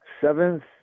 seventh